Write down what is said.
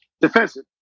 defensive